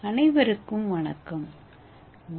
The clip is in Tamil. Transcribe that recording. அனைவருக்கும் வணக்கம் டி